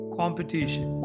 competition